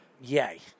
Yay